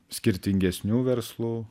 skirtingesnių verslų